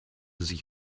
sich